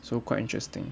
so quite interesting